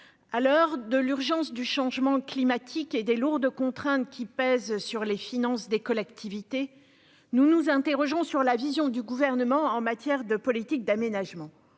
à l'heure de l'urgence du changement climatique et des lourdes contraintes qui pèsent sur les finances des collectivités, nous nous interrogeons sur la vision du gouvernement en matière de politique d'aménagement